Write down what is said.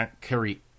carry